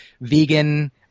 vegan